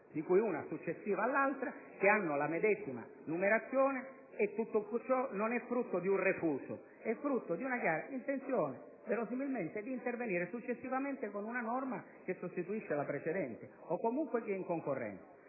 di cui una successiva all'altra, che presentano la medesima numerazione. E tutto ciò non è frutto di un refuso, ma di una chiara intenzione, verosimilmente, di intervenire successivamente con una norma che sostituisce la precedente o che comunque è in concorrenza